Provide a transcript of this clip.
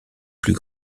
plus